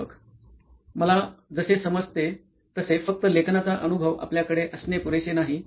प्राध्यापक मला जसे समजते तसे फक्त लेखनाचा अनुभव आपल्याकडे असणे पुरेसे नाही